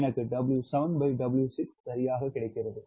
எனக்கு 𝑊7W6 சரியாக கிடைக்கிறது